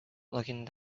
looking